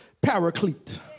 paraclete